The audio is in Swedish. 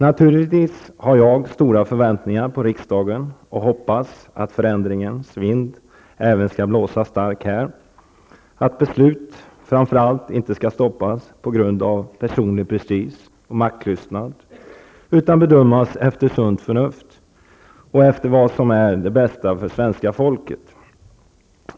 Naturligtvis har jag stora förväntningar på riksdagen och hoppas att förändringens vind även skall blåsa starkt här och att beslut framför allt inte skall stoppas på grund av personlig prestige och maktlystnad utan bedömas efter sunt förnuft och efter vad som är det bästa för svenska folket.